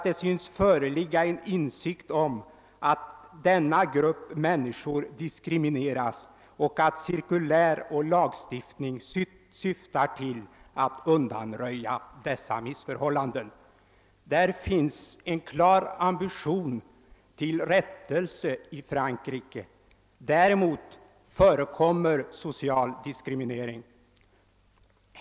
Det syns nu föreligga en insikt om att denna grupp människor diskrimineras; cirkulär och lagstiftning syftar till att undanröja dessa missförhållanden.» Det finns i Frankrike en klar ambition till rättelse. Däremot förekommer social diskriminering.